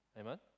Amen